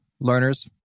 Learners